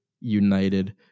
United